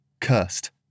cursed